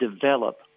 develop